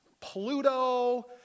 Pluto